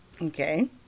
Okay